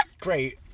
Great